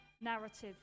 narrative